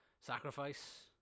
sacrifice